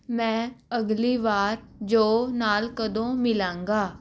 ਮੈਂ ਅਗਲੀ ਵਾਰ ਜੋਅ ਨਾਲ ਕਦੋਂ ਮਿਲਾਂਗਾ